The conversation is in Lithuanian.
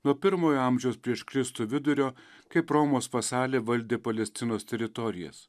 nuo pirmojo amžiaus prieš kristų vidurio kaip romos vasalė valdė palestinos teritorijas